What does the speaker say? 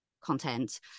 content